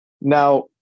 now